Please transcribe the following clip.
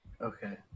Okay